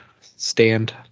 stand